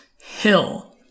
hill